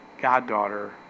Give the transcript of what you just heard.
goddaughter